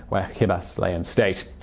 where chibas lay in state.